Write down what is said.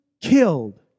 killed